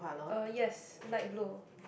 uh yes light blue